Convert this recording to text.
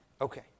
Okay